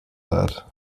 that